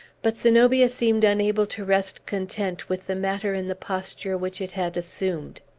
but zenobia seemed unable to rest content with the matter in the posture which it had assumed.